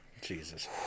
Jesus